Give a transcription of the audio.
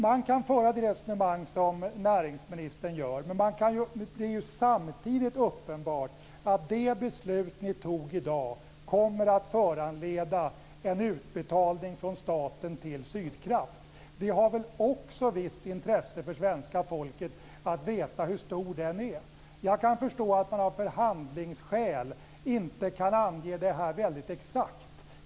Man kan föra det resonemang som näringsministern gör, men samtidigt är det uppenbart att det beslut regeringen fattade i dag kommer att föranleda en utbetalning från staten till Sydkraft. Det har väl också visst intresse för svenska folket att veta hur stor den är? Jag kan förstå att man av förhandlingsskäl inte kan ange beloppet så väldigt exakt.